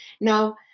Now